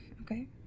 okay